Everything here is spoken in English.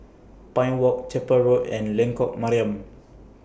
Pine Walk Chapel Road and Lengkok Mariam